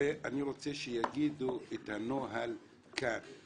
אני רוצה שיגידו את הנוהל כאן.